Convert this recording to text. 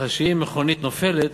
ככה שאם מכונית נופלת,